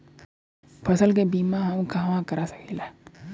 फसल के बिमा हम कहवा करा सकीला?